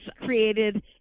created